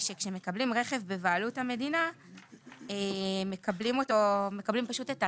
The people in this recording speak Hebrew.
שכשמקבלים רכב בבעלות המדינה מקבלים את הרכב